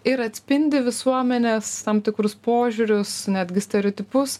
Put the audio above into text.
ir atspindi visuomenės tam tikrus požiūrius netgi stereotipus